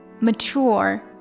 Mature